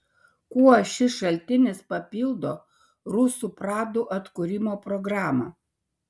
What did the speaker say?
kuo šis šaltinis papildo rusų pradų atkūrimo programą